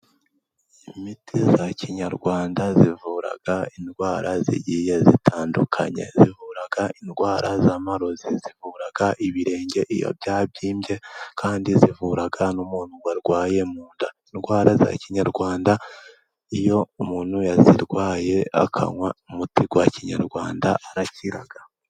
Imiti ya kinyarwanda ivura indwara zigiye zitandukanye, ivura indwara z'amarozi, ivura ibirenge iyo byabyimbye, kandi ivura n'umuntu warwaye mu nda. Indwara za kinyarwanda iyo umuntu yazirwaye akanywa umuti wa kinyarwanda arakira.